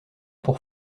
pour